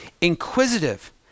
inquisitive